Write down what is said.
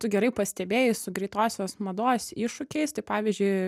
tu gerai pastebėjai su greitosios mados iššūkiais tai pavyzdžiui